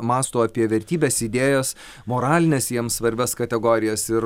mąsto apie vertybes idėjas moralines jiems svarbias kategorijas ir